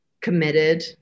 committed